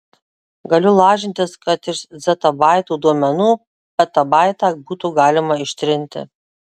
galiu lažintis kad iš zetabaito duomenų petabaitą būtų galima ištrinti